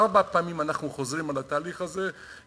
ארבע פעמים אנחנו חוזרים על התהליך הזה,